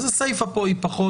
אז הסיפא פה היא פחות,